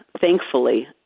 thankfully